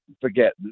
forget